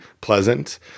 pleasant